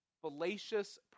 fallacious